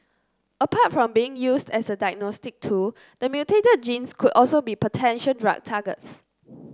apart from being used as a diagnostic tool the mutated genes could also be potential drug targets